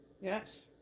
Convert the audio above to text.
Yes